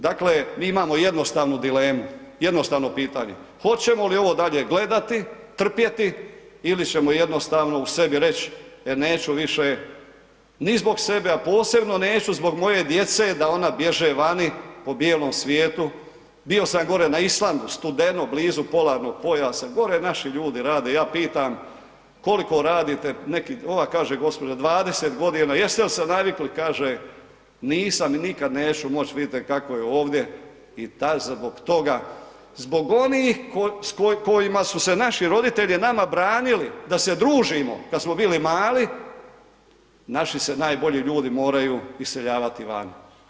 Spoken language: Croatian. Dakle, mi imamo jednostavnu dilemu, jednostavno pitanje, hoćemo li ovo dalje gledati, trpjeti ili ćemo jednostavno u sebi reć, e neću više ni zbog sebe, a posebno neću zbog moje djece da ona bježe vani po bijelom svijetu, bio sam gore na Islandu, studeno, blizu polarnog pojasa, gore naši ljudi rade, ja pitam koliko radite, neki, ova kaže gospođa 20.g., jeste li se navikli, kaže nisam i nikad neću moć, vidite kako je ovdje i … [[Govornik se ne razumije]] zbog toga, zbog onih kojima su se naši roditelji nama branili da se družimo kad smo bili mali, naši se najbolji ljudi moraju iseljavati vani.